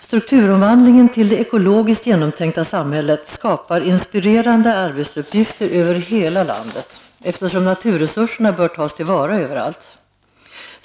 Strukturomvandlingen till det ekologiskt genomtänkta samhället skapar inspirerande arbetsuppgifter över hela landet, eftersom naturresurserna bör tas till vara överallt.